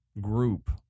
group